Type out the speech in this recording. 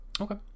Okay